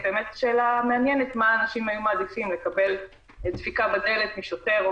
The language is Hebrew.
זו באמת שאלה מעניינת: מה אנשים היו מעדיפים לקבל דפיקה בדלת משוטר או